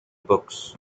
books